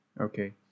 Okay